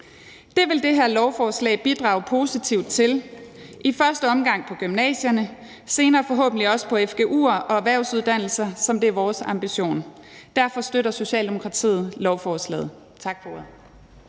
Det vil det her lovforslag bidrage positivt til – i første omgang på gymnasierne, senere forhåbentlig også på fgu'er og erhvervsuddannelser, som det er vores ambition. Derfor støtter Socialdemokratiet lovforslaget. Tak for